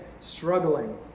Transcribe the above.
struggling